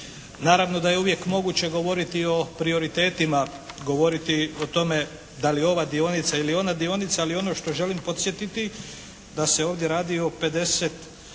Naravno da je uvijek moguće govoriti o prioritetima, govoriti o tome da li ova dionica ili ona dionica, ali ono što želim podsjetiti da se ovdje radi o 50